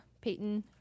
Peyton